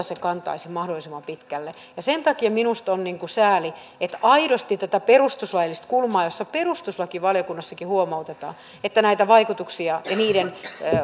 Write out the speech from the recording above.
se kantaisi mahdollisimman pitkälle sen takia minusta on sääli että ei aidosti nähdä tätä perustuslaillista kulmaa kun perustuslakivaliokunnastakin huomautetaan että näitä vaikutuksia ja niiden